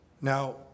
Now